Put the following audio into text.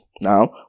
now